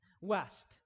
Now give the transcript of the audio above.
west